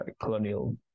colonial